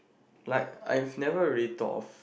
like I never really thought of